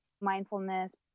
mindfulness